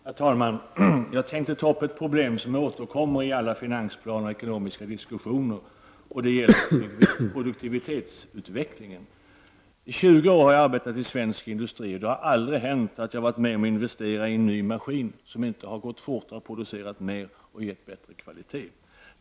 Herr talman! Jag tänkte ta upp ett problem som återkommer i alla finansplaner och ekonomiska diskussioner, och det är produktivitetsutvecklingen. I tjugo år har jag arbetat i svensk industri, och det har aldrig hänt att jag varit med om att investera i en ny maskin som inte har gått fortare och producerat mer och gett bättre kvalitet.